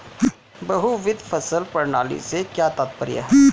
बहुविध फसल प्रणाली से क्या तात्पर्य है?